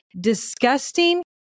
disgusting